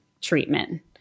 treatment